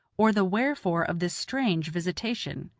or the wherefore of this strange visitation.